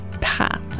path